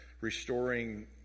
restoring